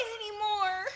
anymore